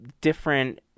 different